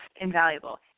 invaluable